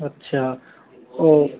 अच्छा ओ